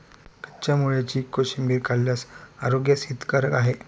कच्च्या मुळ्याची कोशिंबीर खाल्ल्यास आरोग्यास हितकारक आहे